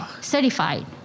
certified